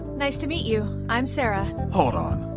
nice to meet you, i'm sarah. hold on.